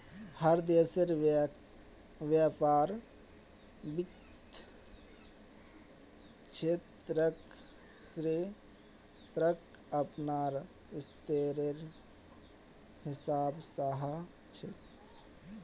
हर देशेर व्यापार वित्त क्षेत्रक अपनार स्तरेर हिसाब स ह छेक